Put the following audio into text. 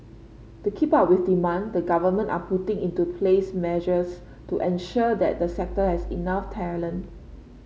to keep up with demand the government are putting into place measures to ensure that the sector has enough talent